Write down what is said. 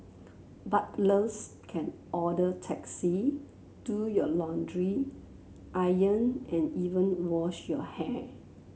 butlers can order taxi do your laundry iron and even wash your hair